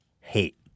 hate